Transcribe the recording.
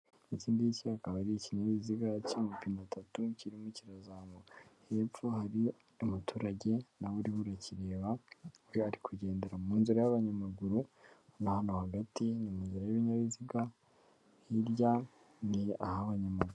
Iki ngiki akaba ari ikinyabiziga cy'amapine atatu kirimo kirazamuka, hepfo hari umuturage na we urimo urakireba, ari kugendera mu nzira y'abanyamaguru, urabona hano hagati ni mu nzira y'ibinyabiziga, hirya ni aho abanyamaguru.